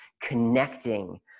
connecting